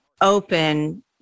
open